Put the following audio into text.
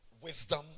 Wisdom